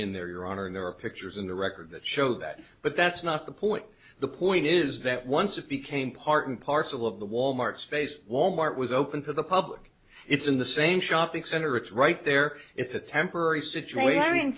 in there your honor there are pictures in the record that show that but that's not the point the point is that once it became part and parcel of the wal mart space wal mart was open to the public it's in the same shopping center it's right there it's a temporary situation